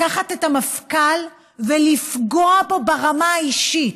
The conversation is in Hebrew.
לקחת את המפכ"ל ולפגוע בו ברמה האישית,